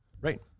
Right